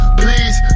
please